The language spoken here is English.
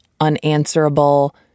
unanswerable